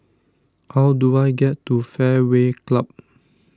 how do I get to Fairway Club